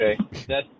Okay